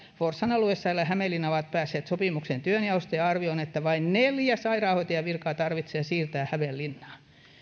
forssan aluesairaala ja hämeenlinnalaiset ovat päässeet sopimukseen työnjaosta ja arvio on että vain neljä sairaanhoitajavirkaa tarvitsee siirtää hämeenlinnaan